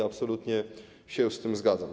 Absolutnie się z tym zgadzam.